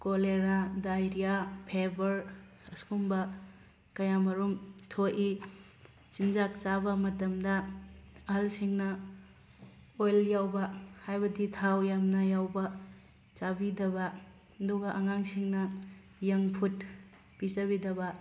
cholera diarrhoea fever ꯑꯁꯤꯒꯨꯝꯕ ꯀꯌꯥꯃꯔꯨꯝ ꯊꯣꯛꯏ ꯆꯤꯟꯖꯥꯛ ꯆꯥꯕ ꯃꯇꯝꯗ ꯑꯍꯜꯁꯤꯡꯅ ꯑꯣꯏꯜ ꯌꯥꯎꯕ ꯍꯥꯏꯕꯗꯤ ꯊꯥꯎ ꯌꯥꯝꯅ ꯌꯥꯎꯕ ꯆꯥꯕꯤꯗꯕ ꯑꯗꯨꯒ ꯑꯉꯥꯡꯁꯤꯡꯅ ꯌꯪ ꯐꯨꯠ ꯄꯤꯖꯕꯤꯗꯕ